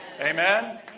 Amen